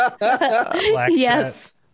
yes